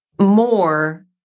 more